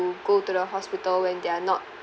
go to the hospital when they're not